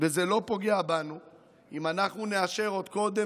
וזה לא פוגע בנו אם אנחנו נאשר עוד קודם